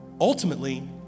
ultimately